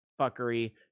fuckery